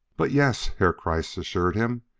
but yes! herr kreiss assured him.